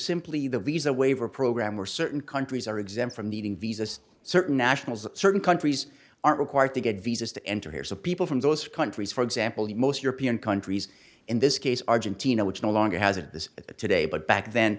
simply the visa waiver program where certain countries are exempt from needing visas certain nationals in certain countries are required to get visas to enter here so people from those countries for example the most european countries in this case argentina which no longer hasn't this today but back then